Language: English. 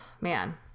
man